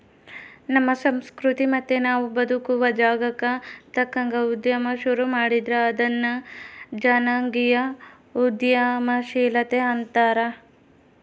ನಮ್ಮ ಸಂಸ್ಕೃತಿ ಮತ್ತೆ ನಾವು ಬದುಕುವ ಜಾಗಕ್ಕ ತಕ್ಕಂಗ ಉದ್ಯಮ ಶುರು ಮಾಡಿದ್ರೆ ಅದನ್ನ ಜನಾಂಗೀಯ ಉದ್ಯಮಶೀಲತೆ ಅಂತಾರೆ